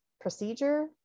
procedure